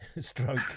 stroke